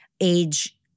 age